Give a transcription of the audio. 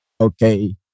okay